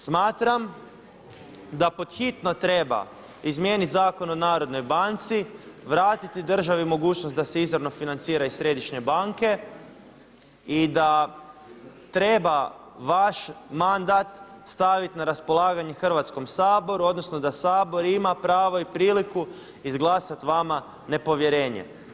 Smatram da pod hitno treba izmijeniti Zakon o narodnoj banci, vratiti državi mogućnost da se izravno financira iz središnje banke i da treba vaš mandat staviti na raspolaganje Hrvatskom saboru odnosno da Sabor ima pravo i priliku izglasati vama nepovjerenje.